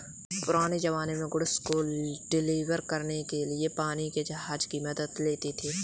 पुराने ज़माने में गुड्स को डिलीवर करने के लिए पानी के जहाज की मदद लेते थे